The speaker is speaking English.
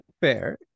fair